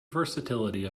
versatility